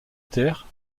terre